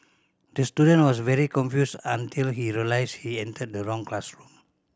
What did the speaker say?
the student was very confused until he realised he entered the wrong classroom